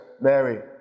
Mary